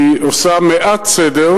היא עושה מעט סדר,